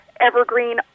evergreen